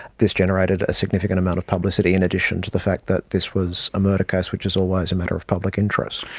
this generated a significant amount of publicity in addition addition to the fact that this was a murder case, which is always a matter of public interest.